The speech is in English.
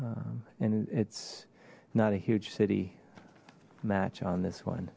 and it's not a huge city match on this one